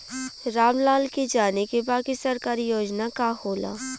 राम लाल के जाने के बा की सरकारी योजना का होला?